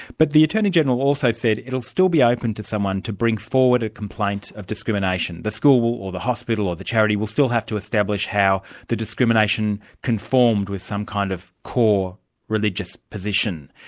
but the attorney-general also said it will still be open to someone to bring forward a complaint of discrimination the school or the hospital or the charity will still have to establish how the discrimination conformed with some kind of core religious position.